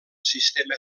sistema